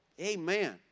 Amen